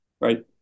right